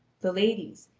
the ladies,